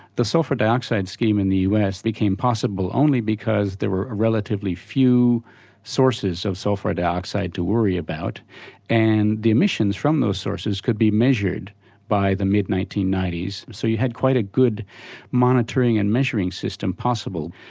the sulphur dioxide scheme in the us became possible only because there were relatively few sources of sulphur dioxide to worry about and the emissions form those sources could be measured by the mid nineteen ninety s, so you had quite a good monitoring and measuring system possible.